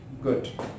Good